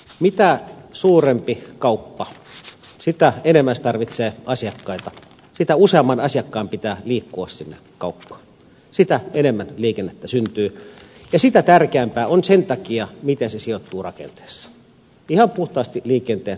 mitä suurempi kauppa sitä enemmän se tarvitsee asiakkaita sitä useamman asiakkaan pitää liikkua sinne kauppaan sitä enemmän liikennettä syntyy ja sitä tärkeämpää on sen takia miten se sijoittuu rakenteessa ihan puhtaasti liikenteen ja päästöjen kannalta